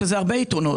יש לזה הרבה יתרונות,